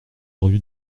rue